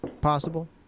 possible